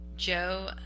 Joe